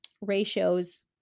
ratios